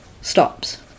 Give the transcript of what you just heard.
stops